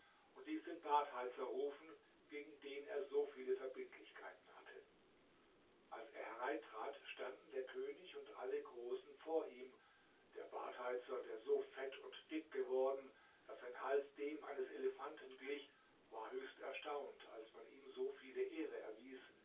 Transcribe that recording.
und ließ den badheizer rufen gegen den er so viele verbindlichkeiten hatte als er hereintrat standen der könig und alle großen vor ihm der badheizer der so fett und dick geworden daß sein hals dem eines elefanten glich war höchst erstaunt als man ihm so viele ehre erwies